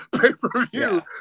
pay-per-view